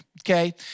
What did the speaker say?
okay